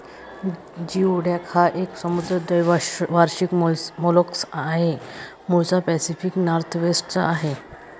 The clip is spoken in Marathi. जिओडॅक हा एक समुद्री द्वैवार्षिक मोलस्क आहे, मूळचा पॅसिफिक नॉर्थवेस्ट चा आहे